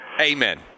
amen